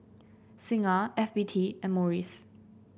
Singha F B T and Morries